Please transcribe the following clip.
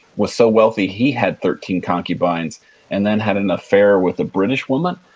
was so wealthy he had thirteen concubines and then had an affair with a british woman.